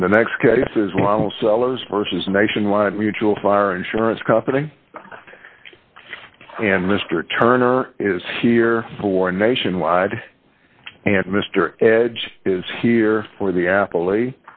and the next case is well sellers versus a nationwide mutual fire insurance company and mr turner is here for a nationwide and mr edge is here for the apple